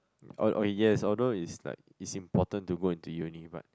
oh oh yes although it's like it's important to go into uni but